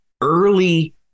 early